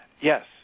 Yes